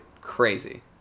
Crazy